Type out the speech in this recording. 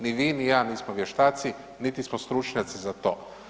Ni vi ni ja nismo vještaci niti smo stručnjaci za to.